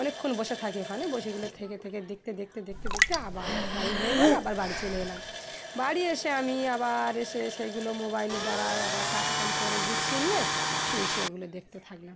অনেকক্ষণ বসে থাকি ওখানে বসেগুলো থেকে থেকে দেখতে দেখতে দেখতে দেখতে আবার টাইম হয়ে গেলো আবার বাড়ি চলে এলাম বাড়ি এসে আমি আবার এসে সেইগুলো মোবাইলের দ্বারায় আবার কাজকাম করে গুছিয়ে নিয়ে শুয়ে শুয়ে ওগুলো দেখতে থাকলাম